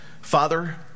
Father